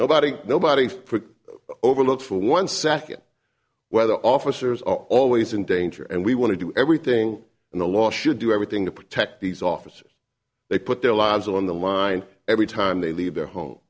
nobody nobody over not for one second whether officers are always in danger and we want to do everything in the law should do everything to protect these officers they put their lives on the line every time they leave their home